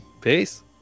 Peace